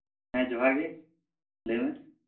ᱦᱮᱸ ᱡᱚᱦᱟᱨᱜᱮ ᱞᱟᱹᱭᱢᱮ